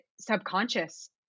subconscious